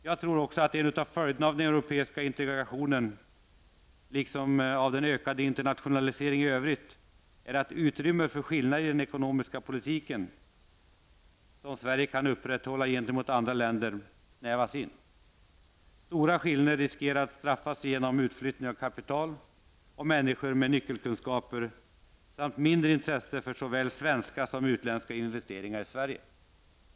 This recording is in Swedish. Jag tror att en av följderna av den europeiska integrationen liksom av den ökade internationaliseringen i övrigt är att utrymmet för skillnader i den ekonomiska politiken som Sverige kan upprätthålla gentemot andra länder snävas in. Stora skillnader riskerar att straffa sig genom utflyttning av kapital och människor med nyckelkunskaper samt mindre intresse för såväl svenska som utländska investeringar i Sverige.